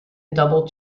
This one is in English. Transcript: double